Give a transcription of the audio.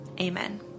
Amen